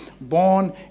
Born